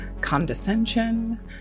condescension